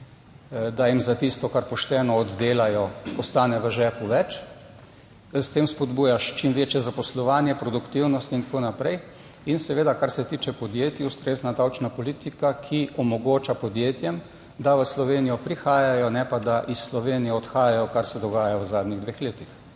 da jim za tisto, kar pošteno oddelajo, ostane v žepu več. S tem spodbujaš čim večje zaposlovanje, produktivnost in tako naprej in seveda, kar se tiče podjetij, ustrezna davčna politika, ki omogoča podjetjem, da v Slovenijo prihajajo, ne pa da iz Slovenije odhajajo, kar se dogaja v zadnjih dveh letih.